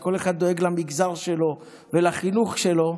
שכל אחד דואג למגזר שלו ולחינוך שלו: